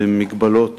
במגבלות